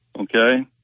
Okay